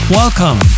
welcome